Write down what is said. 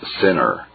sinner